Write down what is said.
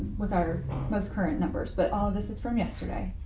with our most current numbers, but all this is from yesterday.